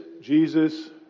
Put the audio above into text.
Jesus